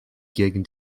gegen